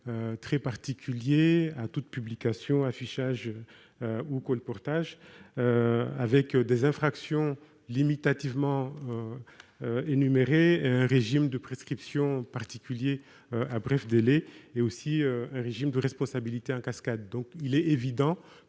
très particulier à toute publication ou à tout affichage ou colportage avec des infractions limitativement énumérées, un régime de prescription particulier, avec de brefs délais, ainsi qu'un régime de responsabilité en cascade. Il est évident